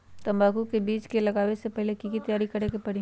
तंबाकू के बीज के लगाबे से पहिले के की तैयारी करे के परी?